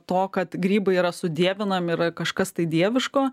to kad grybai yra sudievinami ir kažkas tai dieviško